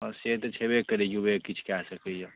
हँ से तऽ छेबे करै युवे किछु कऽ सकैए